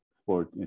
sport